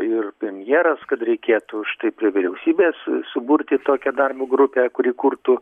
ir premjeras kad reikėtų štai prie vyriausybės suburti tokią darbo grupę kuri kurtų